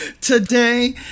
today